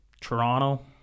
Toronto